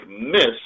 miss